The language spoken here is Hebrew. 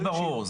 זה ברור.